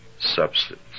substance